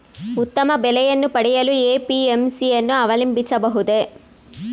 ಉತ್ತಮ ಬೆಲೆಯನ್ನು ಪಡೆಯಲು ಎ.ಪಿ.ಎಂ.ಸಿ ಯನ್ನು ಅವಲಂಬಿಸಬಹುದೇ?